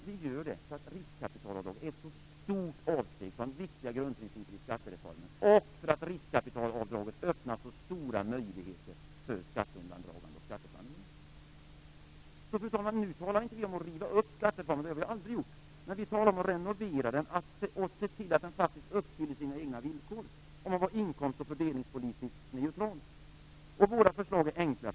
Det gör vi därför att riskkapitalavdrag är ett så stort avsteg från viktiga grundprinciper i skattereformen och därför att riskkapitalavdrag öppnar så stora möjligheter för skatteundandragande och skatteplanering. Fru talman! Vi talar nu inte om att riva upp skattereformen. Det har vi aldrig gjort. Men vi talar om att renovera den och se till att den faktiskt uppfyller sina egna villkor om att vara inkomst och fördelningspolitiskt neutral. Fru talman! Våra förslag är enkla.